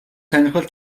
сонирхол